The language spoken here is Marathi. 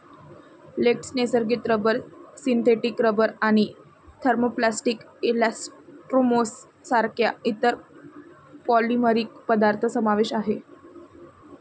लेटेक्स, नैसर्गिक रबर, सिंथेटिक रबर आणि थर्मोप्लास्टिक इलास्टोमर्स सारख्या इतर पॉलिमरिक पदार्थ समावेश आहे